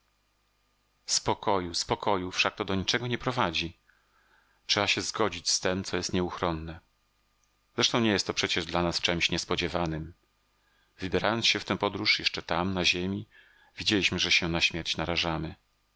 śmierć spokoju spokoju wszak to do niczego nie prowadzi trzeba się zgodzić z tem co jest nieuchronne zresztą nie jest to przecież dla nas czemś niespodziewanem wybierając się w tę podróż jeszcze tam na ziemi widzieliśmy że się na śmierć narażamy